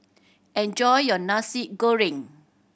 enjoy your Nasi Goreng